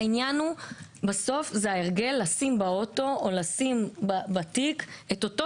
העניין הוא ההרגל לשים באוטו או בתיק אותה